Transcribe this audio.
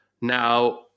Now